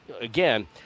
again